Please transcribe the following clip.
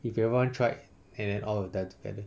if everyone tried and then all will die together